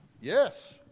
Yes